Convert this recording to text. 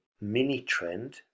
mini-trend